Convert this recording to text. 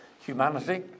humanity